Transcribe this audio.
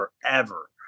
forever